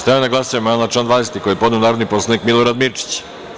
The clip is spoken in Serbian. Stavljam na glasanje amandman na član 20. koji je podneo narodni poslanik Milorad Mirčić.